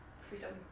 freedom